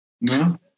No